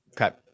Okay